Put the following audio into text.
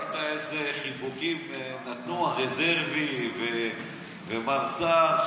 ראית איזה חיבוקים נתנו הרזרבי ומר סער,